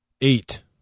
Eight